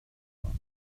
war